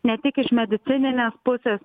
ne tik iš medicininės pusės